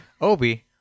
Obi